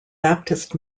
baptist